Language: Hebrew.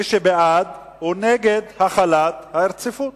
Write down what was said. מי שבעד הוא נגד החלת הרציפות.